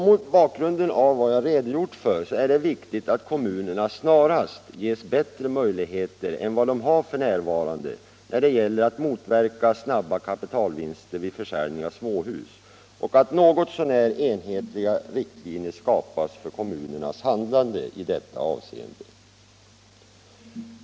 Mot bakgrunden av vad jag redogjort för är det viktigt att kommunerna snarast ges bättre möjligheter än vad de har för närvarande när det gäller att motverka snabba kapitalvinster vid försäljning av småhus och att något så när enhetliga riktlinjer skapas för kommunernas handlande i detta avseende.